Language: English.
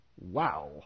Wow